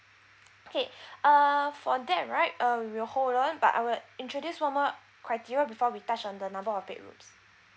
okay uh for that right um we'll hold on but I would introduce one more criteria before we touch on the number of bedrooms